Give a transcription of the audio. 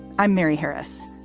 i'm mary harris.